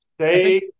Say